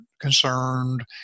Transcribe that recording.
concerned